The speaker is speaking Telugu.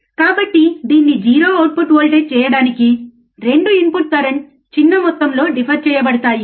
కాబట్టి దీన్ని 0 అవుట్పుట్ వోల్టేజ్ చేయడానికి 2 ఇన్పుట్ కరెంట్ చిన్న మొత్తం లో డిఫర్ చేయబడతాయి